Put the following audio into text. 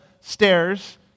stairs